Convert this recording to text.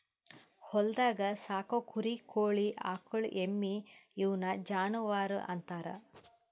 ಹೊಲ್ದಾಗ್ ಸಾಕೋ ಕುರಿ ಕೋಳಿ ಆಕುಳ್ ಎಮ್ಮಿ ಇವುನ್ ಜಾನುವರ್ ಅಂತಾರ್